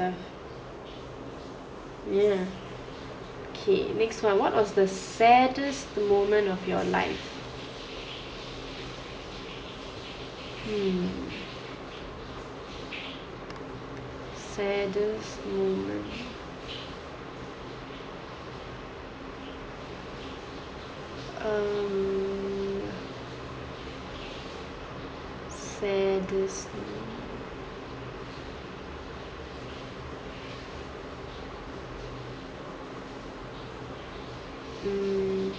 stuff yeah okay next one what was the saddest moment of your life mm saddest moment um saddest mm